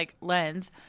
lens